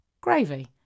gravy